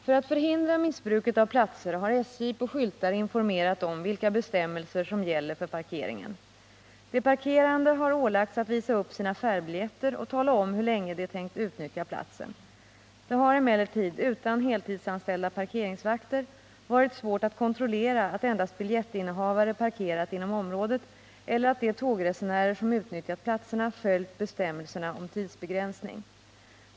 För att förhindra missbruket av platser har SJ på skyltar informerat om vilka bestämmelser som gäller för parkeringen. De parkerande har ålagts att visa upp sina färdbiljetter och tala om hur länge de tänkt utnyttja platsen. Det har emellertid — utan heltidsanställda parkeringsvakter — varit svårt att kontrollera att endast biljettinnehavare parkerat inom området eller att de tågresenärer som utnyttjat platserna följt bestämmelserna om tidsbegränsning.